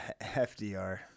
FDR